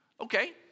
Okay